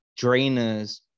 drainers